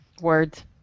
Words